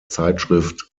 zeitschrift